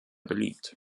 beliebt